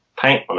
paint